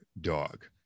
dog